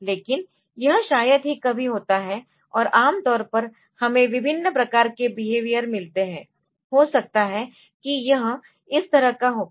लेकिन यह शायद ही कभी होता है और आम तौर पर हमें विभिन्न प्रकार के बेहेवियरमिलते है हो सकता है कि यह इस तरह का होगा